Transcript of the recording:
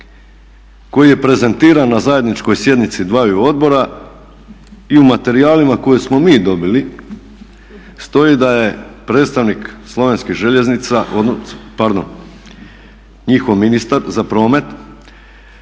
koji je prezentiran na zajedničkoj sjednici dvaju odbora i u materijalima koje smo mi dobili stoji da je predstavnik slovenskih željeznica pardon njihov ministar za promet